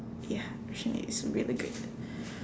ya ocean eight it's really good